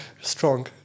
Strong